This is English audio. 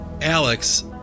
Alex